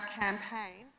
campaign